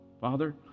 Father